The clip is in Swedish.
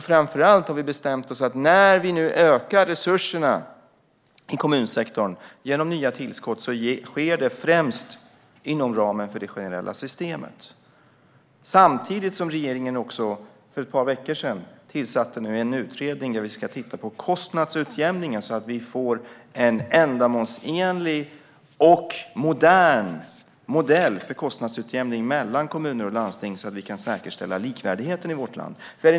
Framför allt har vi bestämt att när vi nu ökar resurserna i kommunsektorn genom nya tillskott sker det främst inom ramen för det generella systemet. För ett par veckor sedan tillsatte regeringen dessutom en utredning som ska titta på kostnadsutjämningen. Det handlar om att få en ändamålsenlig och modern modell för kostnadsutjämning mellan kommuner och landsting, så att vi kan säkerställa likvärdigheten i vårt land.